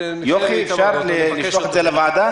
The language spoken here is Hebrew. יוכי, אפשר לשלוח את זה לוועדה?